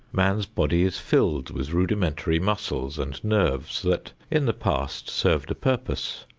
man's body is filled with rudimentary muscles and nerves that, in the past, served a purpose.